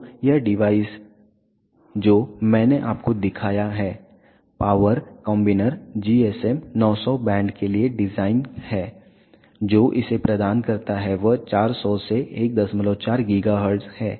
तो यह डिवाइस जो मैंने आपको दिखाया है पावर कॉम्बिनर GSM 900 बैंड के लिए डिज़ाइन है जो इसे प्रदान करता है वह 400 से 14 गीगाहर्ट्ज़ है